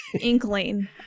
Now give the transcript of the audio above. inkling